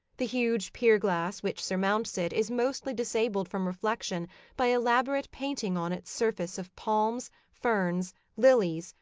the huge pier-glass which surmounts it is mostly disabled from reflection by elaborate painting on its surface of palms, ferns, lilies,